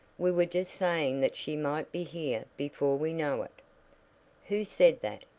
we were just saying that she might be here before we know it who said that?